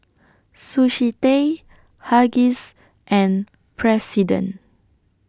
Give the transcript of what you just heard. Sushi Tei Huggies and President